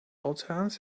ozeans